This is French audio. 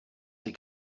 ces